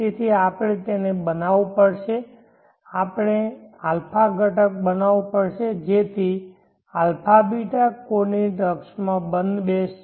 તેથી આપણે તેને બનાવવું પડશે આપણે α ઘટક બનાવવું પડશે જેથી તે α β કોર્ડીનેટ અક્ષ માં બંધબેસશે